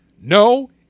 no